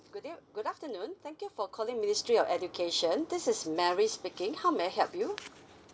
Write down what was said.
good ev~ good afternoon thank you for calling ministry of education this is mary speaking how may I help you